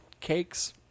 cakes